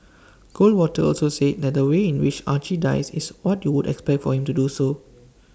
goldwater also said that the way in which Archie dies is what you would expect of him to do so